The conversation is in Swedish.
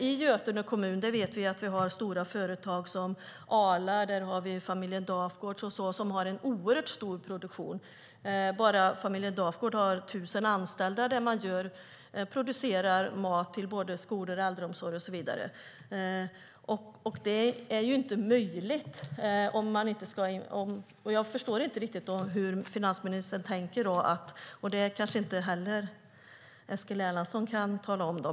I Götene kommun finns stora företag som Arla och Familjen Dafgård, som har en oerhört stor produktion. Bara Familjen Dafgård har 1 000 anställda och producerar mat till både skolor och äldreomsorg och så vidare. Jag förstår inte hur finansministern tänker. Det kanske inte heller Eskil Erlandsson kan tala om.